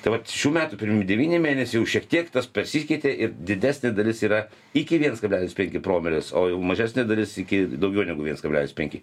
tai vat šių metų pirmi devyni mėnesiai jau šiek tiek tas persikeitė ir didesnė dalis yra iki viens kablelis penki promilės o mažesnė dalis iki daugiau negu viens kablelis penki